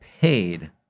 paid